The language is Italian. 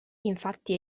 infatti